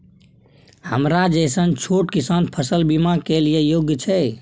हमरा जैसन छोट किसान फसल बीमा के लिए योग्य छै?